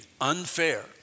unfair